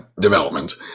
development